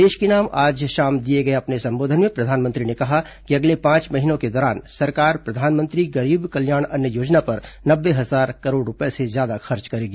देश के नाम आज शाम दिए गए अपने संबोधन में प्रधानमंत्री ने कहा कि अगले पांच महीनों के दौरान सरकार प्रधानमंत्री गरीब कल्याण अन्न योजना पर नब्बे हजार करोड़ रूपये से ज्यादा खर्च करेगी